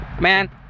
man